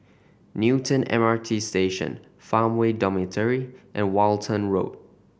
Newton M R T Station Farmway Dormitory and Walton Road